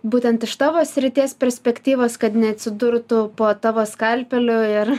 būtent iš tavo srities perspektyvos kad neatsidurtų po tavo skalpeliu ir